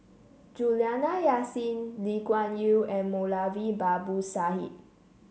Juliana Yasin Lee Kuan Yew and Moulavi Babu Sahib